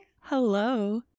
Hello